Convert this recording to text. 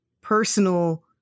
personal